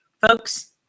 folks